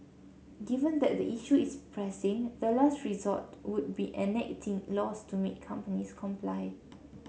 given that the issue is pressing the last resort would be enacting laws to make companies comply